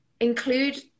Include